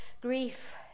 grief